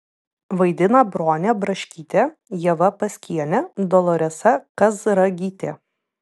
vaidina bronė braškytė ieva paskienė doloresa kazragytė